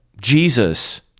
Jesus